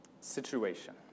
situation